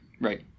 right